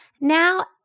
Now